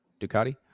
Ducati